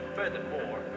furthermore